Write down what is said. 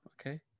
okay